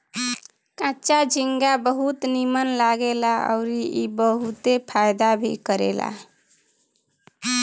कच्चा झींगा बहुत नीमन लागेला अउरी ई बहुते फायदा भी करेला